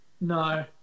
No